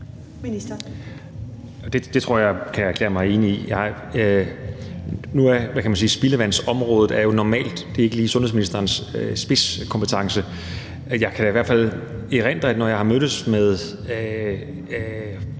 Det tror jeg jeg kan erklære mig enig i. Nu er spildevandsområdet normalt ikke lige sundhedsministerens spidskompetence. Jeg kan da i hvert fald erindre, at når jeg har mødtes med